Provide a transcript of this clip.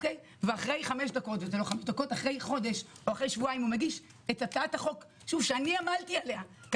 ואחרי חודש או שבועיים הוא מגיש את הצעת החוק שאני עמלתי עליה,